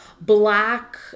black